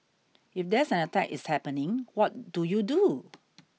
if there's an attack is happening what do you do